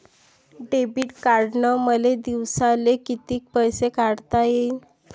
Debit कार्डनं मले दिवसाले कितीक पैसे काढता येईन?